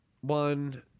one